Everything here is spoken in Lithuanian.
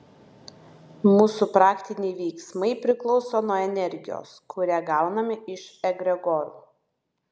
mūsų praktiniai veiksmai priklauso nuo energijos kurią gauname iš egregorų